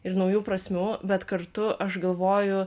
ir naujų prasmių bet kartu aš galvoju